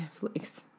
Netflix